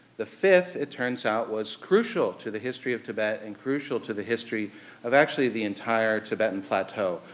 the fifth, it turns out was crucial to the history of tibet, and crucial to the history of actually the entire tibetan plateau,